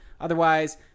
Otherwise